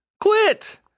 Quit